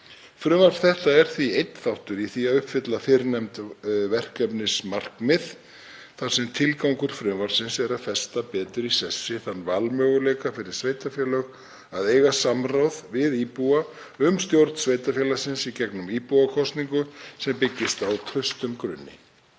Frumvarp þetta er því einn þáttur í því að uppfylla fyrrnefnd verkefnismarkmið þar sem tilgangur frumvarpsins er að festa betur í sessi þann valmöguleika fyrir sveitarfélög að eiga samráð við íbúa um stjórn sveitarfélagsins í gegnum íbúakosningu sem byggist á traustum grunni.